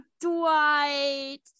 Dwight